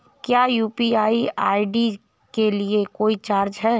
क्या UPI ID के लिए कोई चार्ज है?